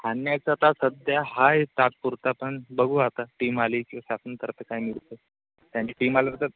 आम्ही आता सध्या आहे तात्पुरता पण बघू आता टीम आली की शासन करतं काय नेमकं त्यांची टीम आली तर